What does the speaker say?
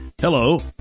Hello